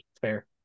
Fair